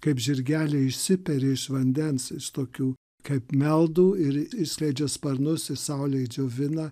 kaip žirgeliai išsiperi iš vandens tokių kaip meldų ir išskleidžia sparnus ir saulėj džiovina